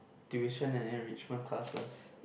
tuition and enrichment classes